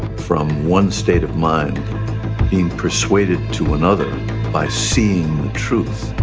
from one state of mind being persuaded to another by seeing the truth